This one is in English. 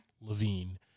Levine